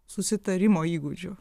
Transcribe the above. susitarimo įgūdžių